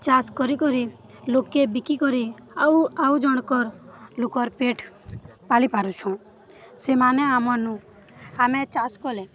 ଚାଷ୍ କରିକରି ଲୋକେ ବିକି କରି ଆଉ ଆଉଜଣଙ୍କ ଲୋକର୍ ପେଟ ପାଲି ପାରୁଛୁଁ ସେମାନେ ଆମନୁ ଆମେ ଚାଷ କଲେ